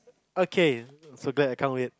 okay so glad I can't wait